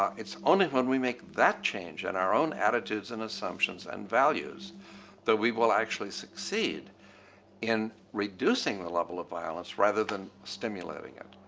it's only when we make that change in our own attitudes and assumptions and values that we will actually succeed in reducing the level of violence rather than stimulating it,